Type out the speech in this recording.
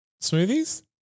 smoothies